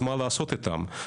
אז מה לעשות איתם?